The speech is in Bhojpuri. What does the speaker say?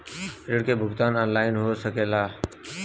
ऋण के भुगतान ऑनलाइन हो सकेला?